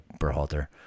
Berhalter